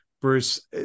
Bruce